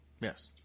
Yes